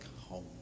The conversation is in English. home